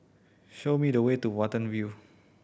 show me the way to Watten View